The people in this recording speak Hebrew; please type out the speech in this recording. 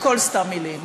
הכול סתם מילים.